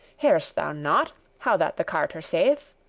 hearest thou not, how that the carter saith?